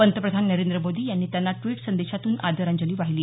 पंतप्रधान नरेंद्र मोदी यांनी त्यांना ट्विट संदेशातून आदरांजली वाहिली